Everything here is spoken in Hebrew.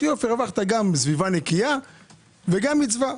אני אומר: הרווחת גם סביבה נקייה וגם מצווה.